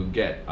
get